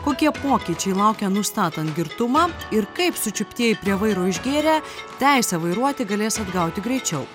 kokie pokyčiai laukia nustatant girtumą ir kaip sučiuptieji prie vairo išgėrę teisę vairuoti galės atgauti greičiau